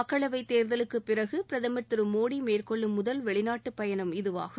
மக்களவைத்தேர்தலுக்கு பிறகு பிரதமர் திரு மோடி மேற்கொள்ளும் முதல் வெளிநாட்டு பயணம் இதுவாகும்